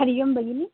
हरिः ओं भगिनि